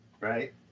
right